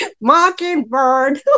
mockingbird